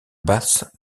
basse